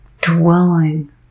dwelling